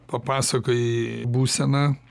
papasakojai būseną